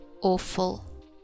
awful